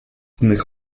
mych